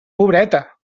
pobreta